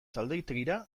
zalditegira